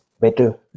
better